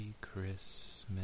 Christmas